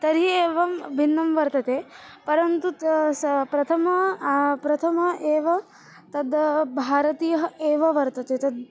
तर्हि एवं भिन्नं वर्तते परन्तु त स प्रथमं प्रथमम् एव तद् भारतीयः एव वर्तते तद्